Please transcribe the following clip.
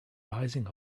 rising